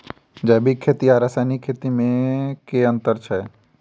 जैविक खेती आ रासायनिक खेती मे केँ अंतर छै?